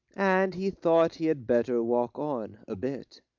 and he thought he had better walk on a bit.